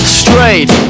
straight